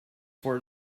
for